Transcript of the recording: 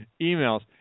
emails